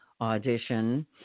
audition